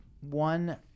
one